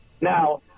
Now